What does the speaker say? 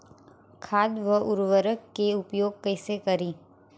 खाद व उर्वरक के उपयोग कइसे करी?